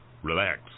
Relax